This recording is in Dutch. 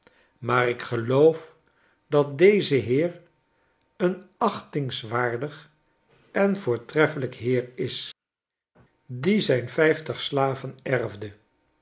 maar ik gelodf dat deze heer een achtingswaardig en voortreffelijk heer is die zijn vijftig slaven erfde